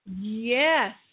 Yes